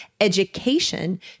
education